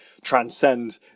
transcend